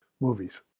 movies